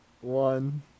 one